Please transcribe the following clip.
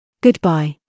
Goodbye